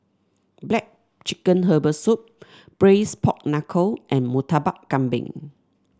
black chicken Herbal Soup Braised Pork Knuckle and Murtabak Kambing